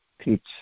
teach